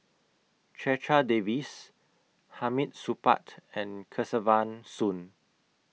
Checha Davies Hamid Supaat and Kesavan Soon